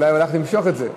אולי הוא הלך למשוך את זה.